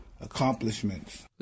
accomplishments